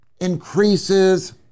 increases